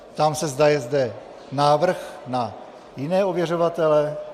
Ptám se, zda je zde návrh na jiné ověřovatele?